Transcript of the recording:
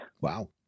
Wow